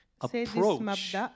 approach